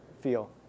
feel